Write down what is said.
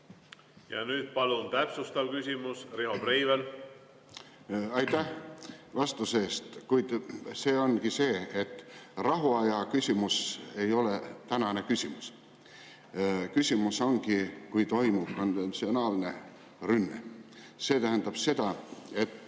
Ja nüüd palun täpsustav küsimus, Riho Breivel. Aitäh vastuse eest! Kuid see ongi see, et rahuaja küsimus ei ole tänane küsimus. Küsimus on selles, kui toimub konventsionaalne rünnak. Ka mina olen